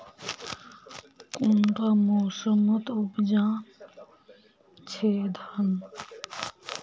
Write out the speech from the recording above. कुंडा मोसमोत उपजाम छै धान?